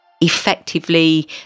Effectively